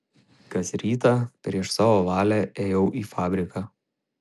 kas rytą prieš savo valią ėjau į fabriką